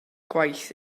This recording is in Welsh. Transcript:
gwaith